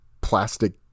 plastic